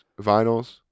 vinyls